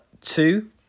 two